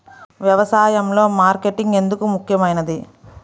వ్యసాయంలో మార్కెటింగ్ ఎందుకు ముఖ్యమైనది?